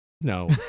No